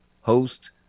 host